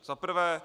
Za prvé.